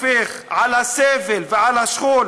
מספיק, מספיק.